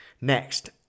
Next